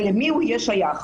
ולמי הוא יהיה שייך.